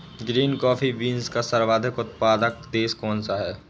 Green coffee beans का सर्वाधिक उत्पादक देश कौन सा है?